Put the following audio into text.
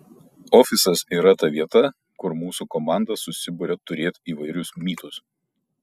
ofisas yra ta vieta kur mūsų komanda susiburia turėt įvairius mytus